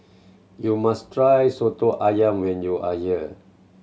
you must try Soto Ayam when you are here